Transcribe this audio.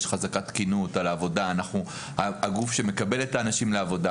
יש חזקת תקינות על העבודה; אנחנו הגוף שמקבל את האנשים לעבודה,